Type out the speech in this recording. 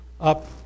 up